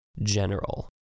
General